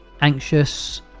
anxious